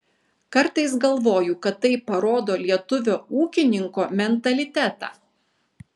kartais galvoju kad tai parodo lietuvio ūkininko mentalitetą